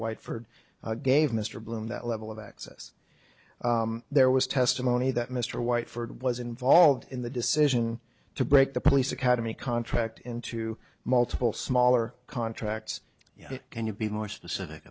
white for gave mr bloom that level of access there was testimony that mr white for it was involved in the decision to break the police academy contract into multiple smaller contracts can you be more specific